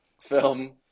film